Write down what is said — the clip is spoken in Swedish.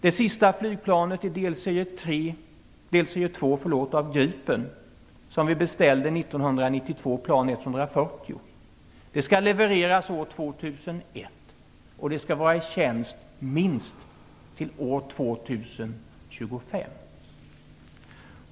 Det sista flygplanet i delserie II av Gripen som vi beställde år 1992, plan 140, skall levereras år 2001, och det skall vara i tjänst åtminstone till år 2025.